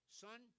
son